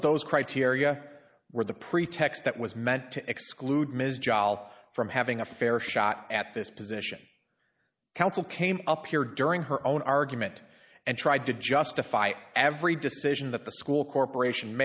of those criteria were the pretext that was meant to exclude ms jowell from having a fair shot at this position counsel came up here during her own argument and tried to justify every decision that the school corporation